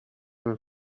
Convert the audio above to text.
del